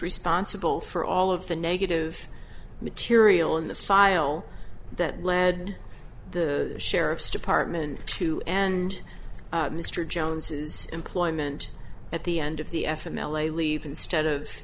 responsible for all of the negative material in the file that led the sheriff's department to and mr jones's employment at the end of the f m l a leave instead of